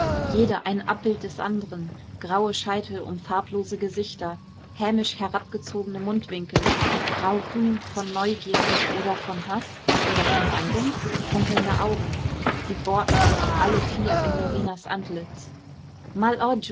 jeder ein abbild des anderen graue scheitel um farblose gesichter hämisch herabgezogene mundwinkel graugrün von neugierde oder von haß oder von beidem funkelnde augen sie bohrten sich alle vier in norinas antlitz mal